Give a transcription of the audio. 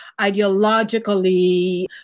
ideologically